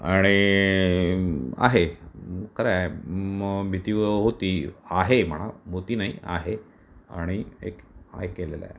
आणि आहे खरं आहे मं भीती होती आहे म्हणा होती नाही आहे आणि एक आहे केलेलं आहे